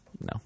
No